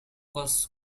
cause